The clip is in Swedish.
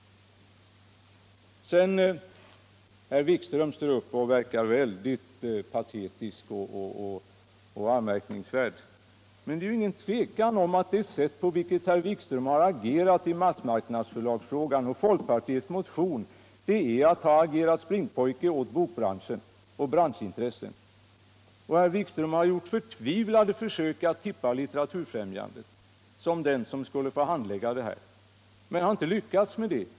| Herr Wikström står upp och verkar anmärkningsvärt patetisk. Men det råder ju inget tvivel om att det sätt på vilket herr Wikström uppträtt i massmarknadsförlagsfrågan och folkpartiets motion innebär att man agerat springpojke åt bokbranschen, åt branschintressen. Herr Wikström har gjort förtvivlade försök att tippa Litteraturfrämjandet som den institution som skulle handlägga saken. Han har inte lyckats med det.